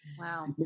Wow